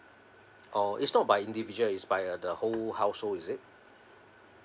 oh is not by individual is by uh the whole household is it